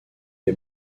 est